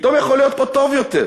פתאום יכול להיות פה טוב יותר,